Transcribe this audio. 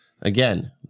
again